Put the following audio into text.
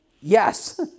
Yes